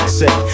say